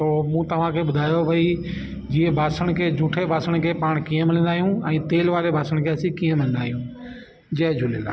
पोइ मूं तव्हां खे ॿुधायो भई जीअं बासण खे जूठे बासण खे पाण कीअं मलंदा आयूं ऐं तेल वारे बासण खे असीं कीअं मलंदा आहियूंं जय झूलेलाल